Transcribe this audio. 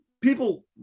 people